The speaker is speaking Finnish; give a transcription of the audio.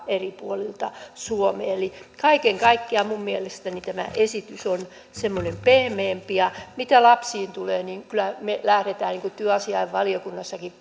eri puolilta suomea kaiken kaikkiaan minun mielestäni tämä esitys on semmoinen pehmeämpi mitä lapsiin tulee niin kyllä me lähdemme siitä niin kuin työasiainvaliokunnassakin